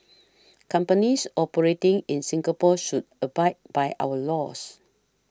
companies operating in Singapore should abide by our laws